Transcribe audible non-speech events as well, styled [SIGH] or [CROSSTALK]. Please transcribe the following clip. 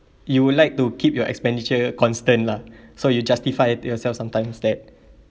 you would like to keep your expenditure constant lah [BREATH] so you justify at yourself sometimes that